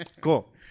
cool